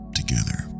together